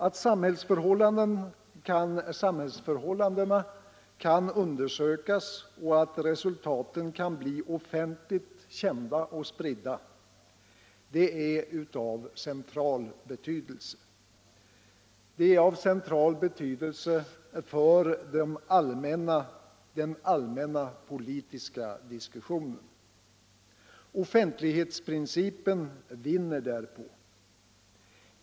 Att samhällsförhållandena kan undersökas och att resultaten kan bli offentligt kända och spridda — det är av central betydelse för den allmänna politiska diskussionen. Offentlighetsprincipen vinner därpå.